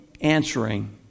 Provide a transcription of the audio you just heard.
answering